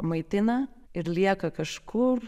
maitina ir lieka kažkur